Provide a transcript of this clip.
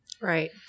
Right